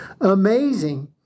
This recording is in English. amazing